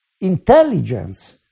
intelligence